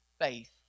faith